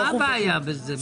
מה הבעיה בזה?